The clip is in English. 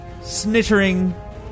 snittering